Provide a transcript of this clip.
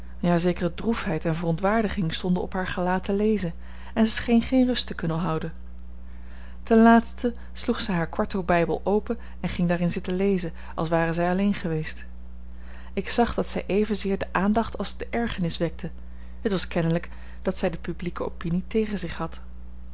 ja zekere droefheid en verontwaardiging stonden op haar gelaat te lezen en zij scheen geen rust te kunnen houden ten laatste sloeg zij haar kwarto bijbel open en ging daarin zitten lezen als ware zij alleen geweest ik zag dat zij evenzeer de aandacht als de ergernis wekte het was kennelijk dat zij de publieke opinie tegen zich had